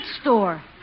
store